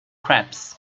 crabs